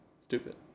stupid